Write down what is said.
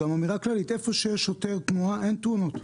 איפה שיש שוטר תנועה, אין תאונות.